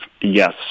yes